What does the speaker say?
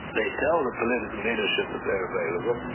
they tell the political leadership that they're available,